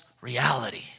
reality